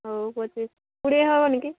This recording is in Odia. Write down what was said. ହଉ ପଚିଶ କୋଡ଼ିଏ ହେବନି କି